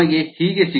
5KSm m1 KSKSSi0